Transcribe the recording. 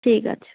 ঠিক আছে